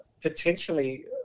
potentially